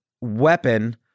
weapon